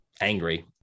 angry